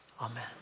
Amen